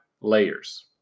layers